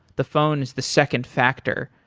the phone is the second factor.